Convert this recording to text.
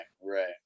right